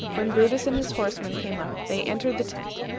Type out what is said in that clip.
when brutus and his horsemen came up, they entered the tent.